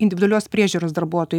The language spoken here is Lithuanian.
individualios priežiūros darbuotojai